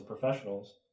professionals